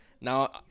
Now